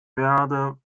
werde